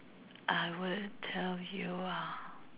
I would tell you ah